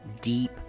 Deep